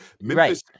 Memphis